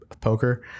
poker